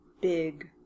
big